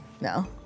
No